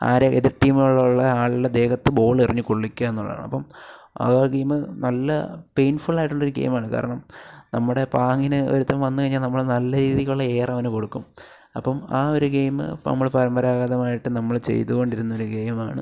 ആരെ എതിർ ടീമുകളുള്ള ആളുടെ ദേഹത്ത് ബോൾ എറിഞ്ഞ് കൊള്ളിക്കുക എന്നുള്ളതാണ് അപ്പം ആ ഗെയിമ് നല്ല പെയിൻഫുൾ ആയിട്ടുള്ള ഒരു ഗെയിം ആണ് കാരണം നമ്മുടെ പാങ്ങിന് ഒരുത്തൻ വന്നു കഴിഞ്ഞാൽ നമ്മൾ നല്ല രീതിക്കുള്ള ഏറ് അവന് കൊടുക്കും അപ്പം ആ ഒരു ഗെയിമ് നമ്മൾ പരമ്പരാഗതമായിട്ട് നമ്മൾ ചെയ്തു കൊണ്ടിരുന്ന ഒരു ഗെയിം ആണ്